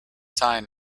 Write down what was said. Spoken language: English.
sign